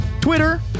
Twitter